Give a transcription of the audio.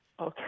Okay